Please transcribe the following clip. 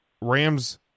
Rams